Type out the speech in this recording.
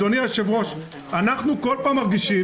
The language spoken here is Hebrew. אדוני היושב-ראש: אנחנו כל פעם מרגישים